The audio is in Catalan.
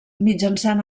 mitjançant